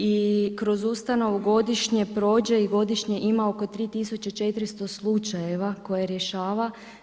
I kroz ustanovu godišnje prođe i godišnje ima oko 3400 slučajeva koje rješava.